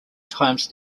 times